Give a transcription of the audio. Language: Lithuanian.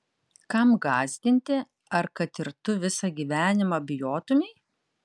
kam gąsdinti ar kad ir tu visą gyvenimą bijotumei